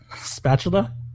Spatula